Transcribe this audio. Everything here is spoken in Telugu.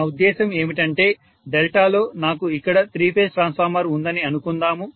నా ఉద్దేశ్యం ఏమిటంటే డెల్టాలో నాకు ఇక్కడ త్రీ ఫేజ్ ట్రాన్స్ఫార్మర్ ఉందని అనుకుందాము